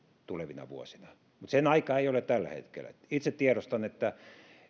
tulevina vuosina mutta sen aika ei ole tällä hetkellä itse tiedostan että